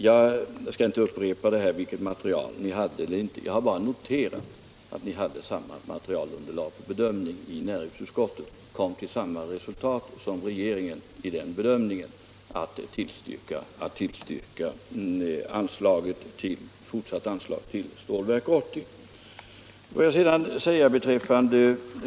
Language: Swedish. Jag skall inte upprepa resonemanget om vilket material ni hade eller inte hade; jag har bara noterat att ni hade samma underlag i näringsutskottet och kom till samma resultat som regeringen i er bedömning, nämligen att tillstyrka fortsatta anslag till Stålverk 80.